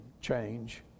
change